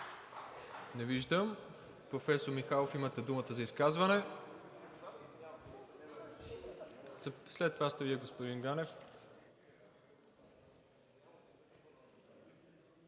Не виждам. Професор Михайлов, имате думата за изказване. След това сте Вие, господин Ганев.